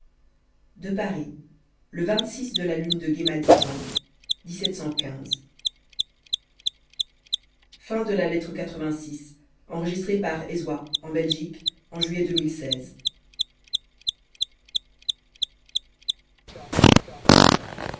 de paris le de la lune de